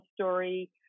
story